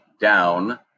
down